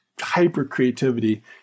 hyper-creativity